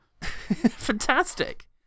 Fantastic